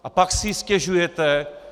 A pak si stěžujete.